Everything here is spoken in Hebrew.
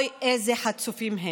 אוי, איזה חצופים הם.